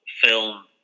film